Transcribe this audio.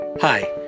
Hi